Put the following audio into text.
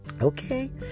Okay